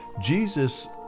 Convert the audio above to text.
Jesus